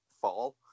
fall